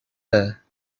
fair